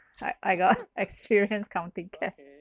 I I got experience counting cash